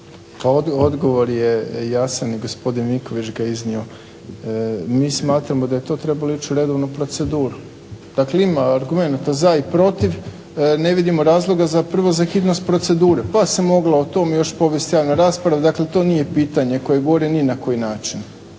Odgovor je jasan, gospodin Vinković ga je iznio. Mi smatramo da je to trebalo ići u redovnu proceduru, dakle ima argumenata za i protiv, ne vidimo razloga prvo za hitnost procedure pa se moglo o tom još povest javna rasprava, dakle to nije pitanje koje …/Ne razumije se./… ni na koji način.